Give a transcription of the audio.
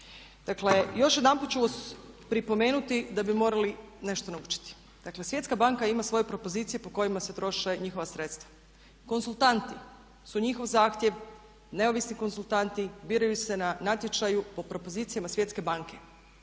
Dakle, još jedanput ću pripomenuti da bi morali nešto naučiti. Dakle, Svjetska banka ima svoje propozicije po kojima se troše njihova sredstva. Konzultanti su njihov zahtjev, neovisni konzultanti i biraju se na natječaju po propozicijama Svjetske banke.